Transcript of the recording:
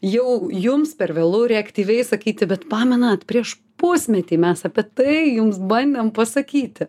jau jums per vėlu reaktyviai sakyti bet pamenat prieš pusmetį mes apie tai jums bandėm pasakyti